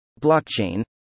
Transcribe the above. Blockchain